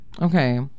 Okay